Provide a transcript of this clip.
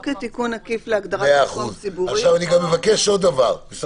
או כתיקון עקיף להגדרת מקום ציבורי.